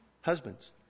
Husbands